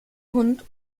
hund